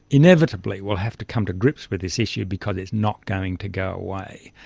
inevitably will have to come to grips with this issue because it is not going to go away.